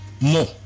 more